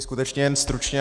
Skutečně jen stručně.